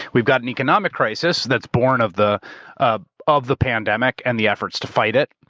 we've got an economic crisis that's born of the ah of the pandemic and the efforts to fight it,